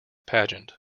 pageant